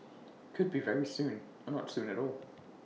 could be very soon or not soon at all